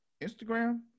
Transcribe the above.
Instagram